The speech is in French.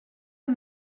est